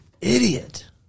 Idiot